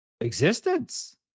Existence